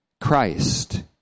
Christ